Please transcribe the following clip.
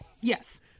Yes